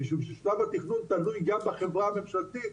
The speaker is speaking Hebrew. משום ששלב התכנון תלוי גם בחברה הממשלתית.